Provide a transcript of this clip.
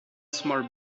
small